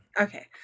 okay